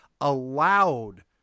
allowed